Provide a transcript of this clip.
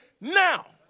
now